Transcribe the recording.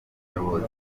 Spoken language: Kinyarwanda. nyobozi